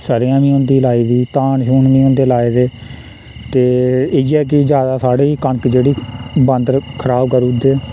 सरे'आं बी होंदी लाई दी धान छून बी होंदे लाए दे ते इ'यै कि ज्यादा साढ़ी कनक जेह्ड़ी बांदर खराब करुड़दे